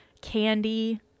candy